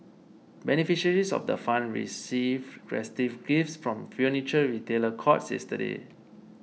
beneficiaries of the fund received festive gifts from Furniture Retailer Courts yesterday